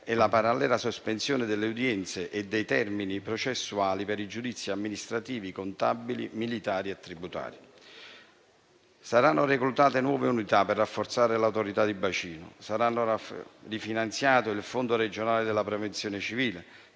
e la parallela sospensione delle udienze e dei termini processuali per i giudizi amministrativi, contabili, militari e tributari. Saranno reclutate nuove unità per rafforzare l'Autorità di bacino; sarà rifinanziato il fondo regionale della prevenzione civile;